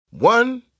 One